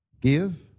Give